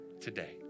today